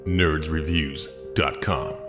nerdsreviews.com